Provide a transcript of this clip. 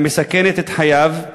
המסכנת את חייו.